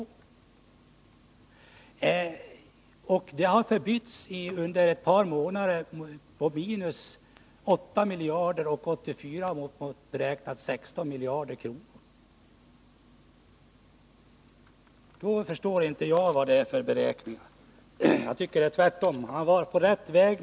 Det har inom loppet av ett par månader förbytts i ett underskott på 8 miljarder 1984, och för 1985 beräknar man att det skall bli bortåt 16 miljarder kronor. Jag förstår inte dessa beräkningar. Jag tycker tvärtom att man var på rätt väg.